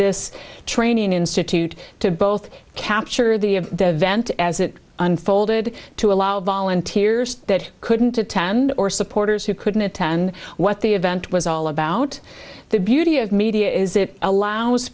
this training institute to both capture the of the vent as it unfolded to allow volunteers that couldn't attend or supporters who couldn't attend what the event was all about the beauty of media is it allows